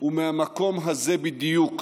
ומהמקום הזה בדיוק,